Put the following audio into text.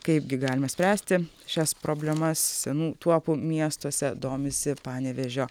kaipgi galima spręsti šias problemas senų tuopų miestuose domisi panevėžio